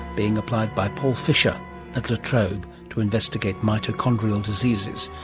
being applied by paul fisher at la trobe to investigate mitochondrial diseases,